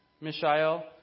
Mishael